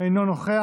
אינו נוכח.